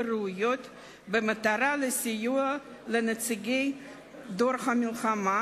וראויות במטרה לסייע לנציגי דור המלחמה